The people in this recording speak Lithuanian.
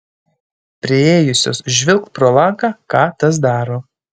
priėjusios žvilgt pro langą ką tas daro